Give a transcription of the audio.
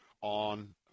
on